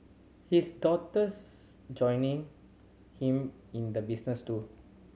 his daughter's joining him in the business too